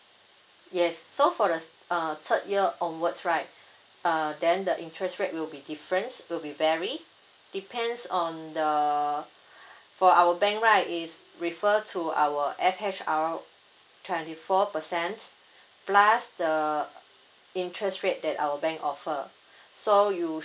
yes so for the uh third year onwards right uh then the interest rate will be difference will be vary depends on the for our bank right it's refer to our F_H_R twenty four percent plus the interest rate that our bank offer so you